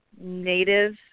native